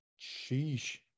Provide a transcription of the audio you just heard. Sheesh